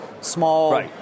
small